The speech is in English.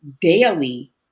daily